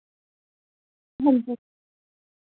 हांजी